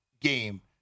game